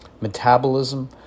metabolism